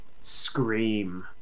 Scream